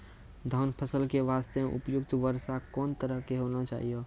धान फसल के बास्ते उपयुक्त वर्षा कोन तरह के होना चाहियो?